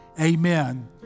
amen